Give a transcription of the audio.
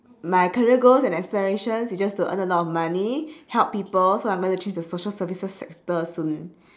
my career goals and aspirations is just to earn a lot of money help people so I'm gonna change to social services sector soon